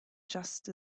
just